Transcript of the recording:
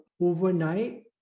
overnight